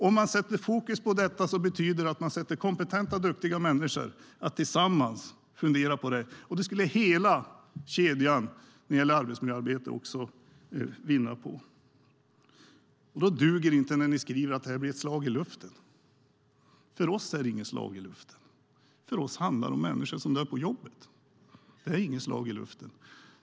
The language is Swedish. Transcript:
Om man sätter fokus på detta betyder det att man sätter kompetenta och duktiga människor att tillsammans fundera över frågorna. Det skulle hela kedjan i arbetsmiljöarbetet vinna på. Då duger det inte att regeringen skriver att det blir ett slag i luften. För oss är det inte ett slag i luften. För oss handlar det om människor som dör på jobbet. Det är inget slag i luften.